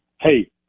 Hey